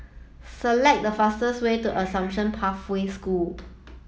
select the fastest way to Assumption Pathway School